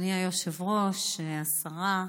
אדוני היושב-ראש, השרה,